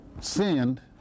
sinned